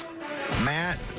Matt